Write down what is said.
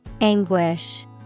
Anguish